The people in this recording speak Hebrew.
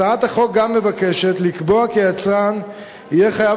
הצעת החוק גם מבקשת לקבוע כי היצרן יהיה חייב